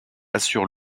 assure